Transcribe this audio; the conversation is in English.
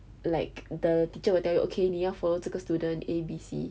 like the teacher will tell you okay 你要 follow 这个 student A B C